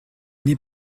n’est